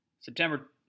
September